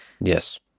Yes